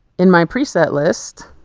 in my preset list,